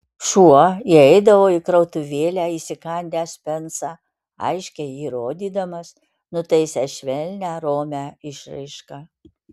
šuo įeidavo į krautuvėlę įsikandęs pensą aiškiai jį rodydamas nutaisęs švelnią romią išraišką